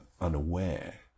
unaware